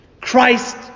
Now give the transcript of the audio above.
Christ